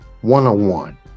one-on-one